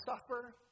suffer